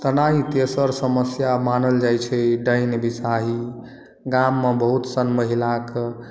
तेनाहि तेसर समस्या मानल जाइत छै डाइन बेसाहि गाम मे बहुत सन महिला के